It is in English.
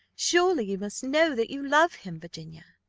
surely you must know that you love him, virginia?